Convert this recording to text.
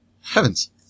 Heavens